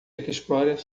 explorer